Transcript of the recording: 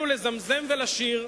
לבני,